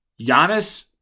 Giannis